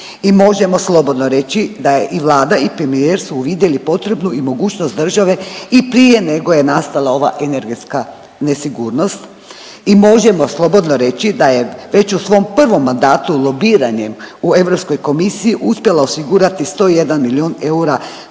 I možemo slobodno reći da je i Vlada i premijer su uvidjeli potrebnu i mogućnost države i prije nego je nastala ova energetska nesigurnost. I možemo slobodno reći daje već u svom prvom mandatu lobiranjem u Europskoj komisiji uspjela osigurati 101 milion eura